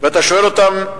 ואתה שואל אותם,